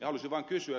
haluaisin vain kysyä